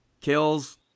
Kills